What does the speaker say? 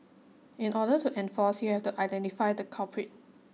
in order to enforce you have to identify the culprit